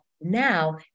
now